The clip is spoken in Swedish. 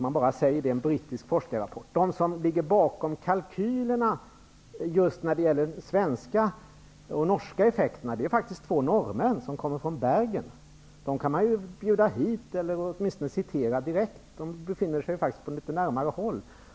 Man bara säger att det är en brittisk forskarrapport. De som ligger bakom kalkylerna just när det gäller de svenska och norska effekterna är faktiskt två norrmän som kommer från Bergen. Dem kan man ju bjuda hit eller åtminstone citera direkt. De befinner sig faktiskt på litet närmare håll.